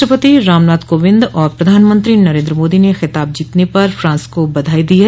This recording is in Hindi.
राष्ट्रपति रामनाथ कोविंद और प्रधानमंत्री नरेन्द्र मोदी ने खिताब जीतने पर फ्रांस को बधाई दी है